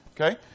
Okay